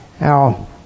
Now